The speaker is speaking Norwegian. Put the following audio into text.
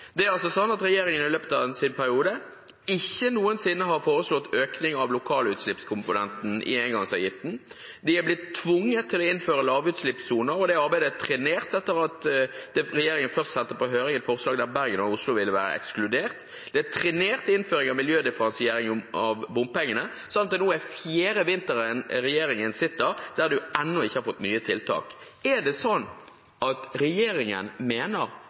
engangsavgiften. De er blitt tvunget til å innføre lavutslippssoner, og det arbeidet er trenert etter at regjeringen først sendte på høring et forslag der Bergen og Oslo ville vært ekskludert. De trenerte innføringen av miljødifferensiering av bompengene, slik at det nå er den fjerde vinteren som regjeringen sitter med makten, der man ennå ikke har fått nye tiltak. Mener regjeringen at de har gjort det